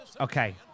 Okay